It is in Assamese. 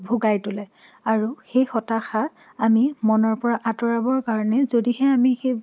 ভোগাই তোলে আৰু সেই হতাশা আমি মনৰ পৰা আতৰাবৰ কাৰণে যদিহে আমি